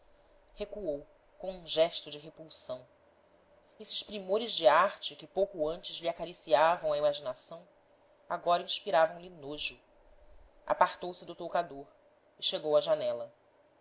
recuou com um gesto de repulsão esses primores de arte que pouco antes lhe acariciavam a imaginação agora inspiravam lhe nojo apartou se do toucador e chegou à janela